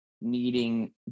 needing